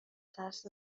ترس